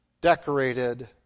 decorated